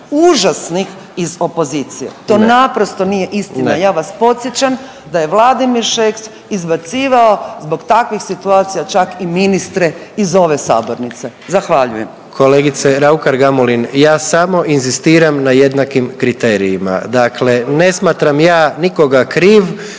užasnih iz opozicije. …/Upadica: Ne./… To naprosto nije istina. Ja vas podsjećam da je Vladimir Šeks izbacivao zbog takvih situacija čak i ministre iz ove sabornice. Zahvaljujem. **Jandroković, Gordan (HDZ)** Kolegice Raukar Gamulin, ja samo inzistiram na jednakim kriterijima. Dakle, ne smatram ja nikoga kriv,